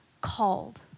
called